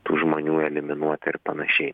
tų žmonių eliminuot ir panašiai